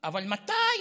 אבל מתי?